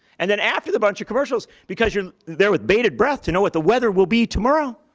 and then after the bunch of commercials, because you're there with baited breath to know what the weather will be tomorrow,